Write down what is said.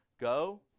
Go